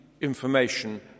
information